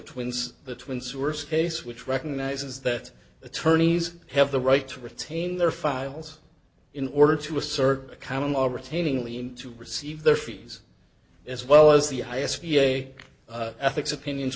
twins the twins who were scase which recognizes that attorneys have the right to retain their files in order to assert a common law retaining lean to receive their fees as well as the highest v a ethics opinions